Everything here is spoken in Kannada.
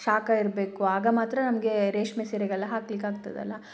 ಶಾಖ ಇರಬೇಕು ಆಗ ಮಾತ್ರ ನಮಗೆ ರೇಷ್ಮೆ ಸೀರೆಗೆಲ್ಲ ಹಾಕ್ಲಿಕ್ಕೆ ಆಗ್ತದಲ್ಲ